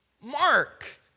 Mark